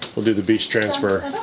we'll do the beach transfer.